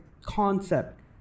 concept